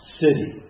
city